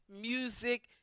music